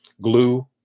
Glue